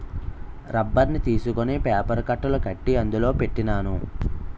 రబ్బర్ని తీసుకొని పేపర్ కట్టలు కట్టి అందులో పెట్టినాను